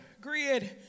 grid